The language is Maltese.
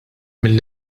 mill